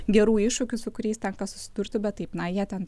gerų iššūkių su kuriais tenka susidurti bet taip na jie ten